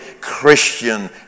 Christian